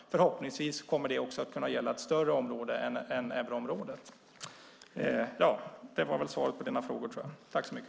Vi får hoppas att det kommer att gälla ett större område än euroområdet.